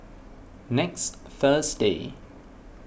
next Thursday